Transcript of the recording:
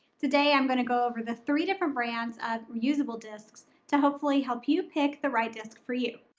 today, i'm gonna go over the three different brands of reusable discs to hopefully help you pick the right disc for you.